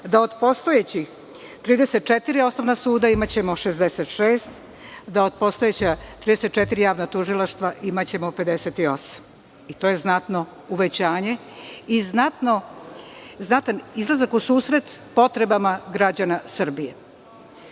da od postojeća 34 osnovna suda imaćemo 66, da od postojeća 34 javna tužilaštva imaćemo 58. To je znatno uvećanje i znatan izlazak u susret potrebama građana